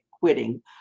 quitting